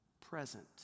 present